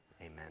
Amen